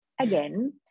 Again